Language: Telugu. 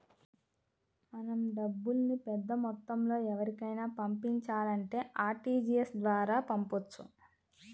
మనం డబ్బుల్ని పెద్దమొత్తంలో ఎవరికైనా పంపించాలంటే ఆర్టీజీయస్ ద్వారా పంపొచ్చు